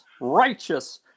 righteous